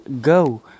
go